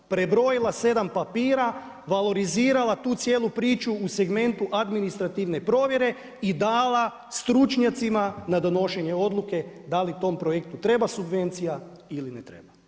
Prebrojila 7 papira, valorizirala tu cijelu priču u segmentu administrativne provjere i dala stručnjacima na donošenje odluke da li tom projektu treba subvencija ili ne treba.